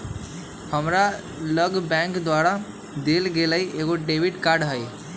हमरा लग बैंक द्वारा देल गेल एगो डेबिट कार्ड हइ